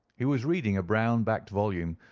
he was reading a brown-backed volume,